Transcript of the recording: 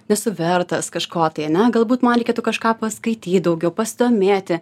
nesu vertas kažko tai ane galbūt man reikėtų kažką paskaityt daugiau pasidomėti